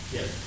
Yes